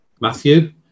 Matthew